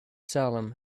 salem